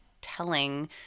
telling